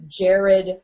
Jared